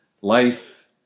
Life